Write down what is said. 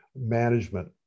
management